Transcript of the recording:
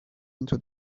into